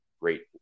great